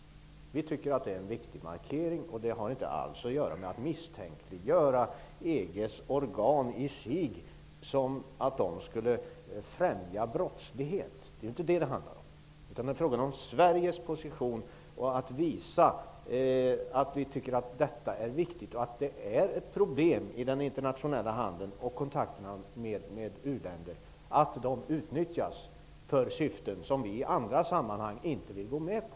Vi tycker att det är en viktig markering att göra. Det handlar inte alls om att misstänkliggöra EG:s organ i sig genom att påstå att de skulle främja brottslighet. Det är i stället fråga om Sveriges position -- att vi visar att vi tycker att detta är viktigt och att det finns problem i den internationella handeln och i kontakterna med u-länder; att de utnyttjas för syften som vi i andra sammanhang inte ställer upp på.